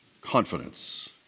Confidence